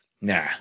Nah